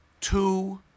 two